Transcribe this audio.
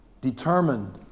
determined